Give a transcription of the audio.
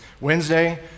Wednesday